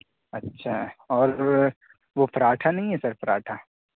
اچھا اور وہ پراٹھا نہیں ہے سر پراٹھا